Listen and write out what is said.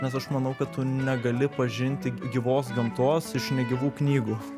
nes aš manau kad tu negali pažinti gyvos gamtos iš negyvų knygų